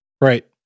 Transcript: Right